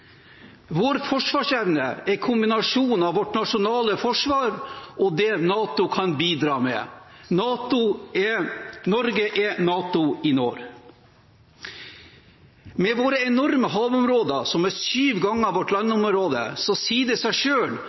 Vår forsvarsevne er kombinasjonen av vårt nasjonale forsvar og det NATO kan bidra med. Norge er NATO i nord. Med våre enorme havområder, som er syv ganger vårt landområde, sier det seg